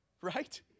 Right